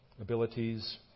abilities